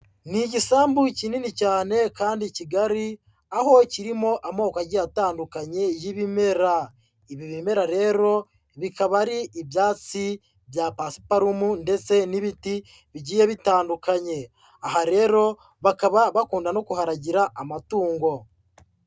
Ni igisambu kinini cyane kandi kigari, aho kirimo amoko agiye atandukanye y'ibimera. Ibi bimera rero, bikaba ari ibyatsi bya pasiparumu ndetse n'ibiti bigiye bitandukanye. Aha rero, bakaba bakunda no kuharagira amatungo.